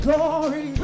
Glory